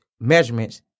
measurements